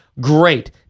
Great